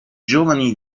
giovani